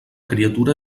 criatura